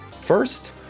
First